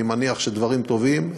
אני מניח שדברים טובים.